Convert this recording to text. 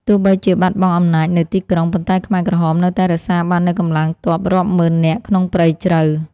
ទោះបីជាបាត់បង់អំណាចនៅទីក្រុង ប៉ុន្តែខ្មែរក្រហមនៅតែរក្សាបាននូវកម្លាំងទ័ពរាប់ម៉ឺននាក់ក្នុងព្រៃជ្រៅ។